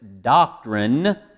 doctrine